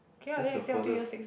that's the furthest